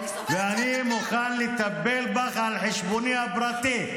אני מוכן לטפל בך על חשבוני הפרטי.